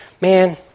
man